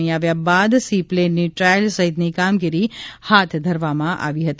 અહીં આવ્યા બાદ સી પ્લેનની ટ્રાયલ સહિતની કામગીરી હાથ ધરવામાં આવી હતી